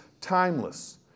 timeless